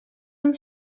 and